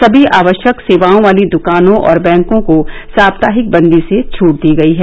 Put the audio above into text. समी आवश्यक सेवाओं वाली दुकानों और बैंकों को साप्ताहिक बन्दी से छूट दी गई है